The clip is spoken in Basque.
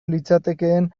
litzatekeen